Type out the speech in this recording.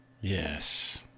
Yes